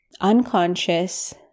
unconscious